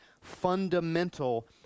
fundamental